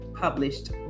published